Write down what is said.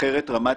אחרת רמת